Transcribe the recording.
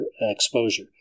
exposure